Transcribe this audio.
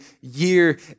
year